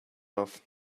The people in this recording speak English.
off